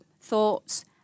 thoughts